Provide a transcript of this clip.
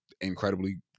incredibly